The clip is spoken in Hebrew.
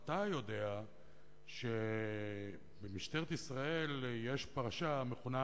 האם אתה יודע שבמשטרת ישראל יש פרשה המכונה